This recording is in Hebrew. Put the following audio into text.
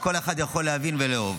שכל אחד יכול להבין ולאהוב.